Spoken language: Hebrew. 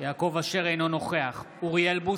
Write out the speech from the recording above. אינו נוכח אוריאל בוסו,